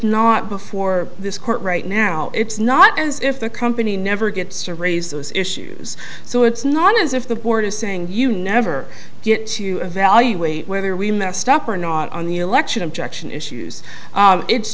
not before this court right now it's not as if the company never gets to raise those issues so it's not as if the board is saying you never get to evaluate whether we messed up or not on the election objection issues it's